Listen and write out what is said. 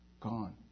gone